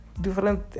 different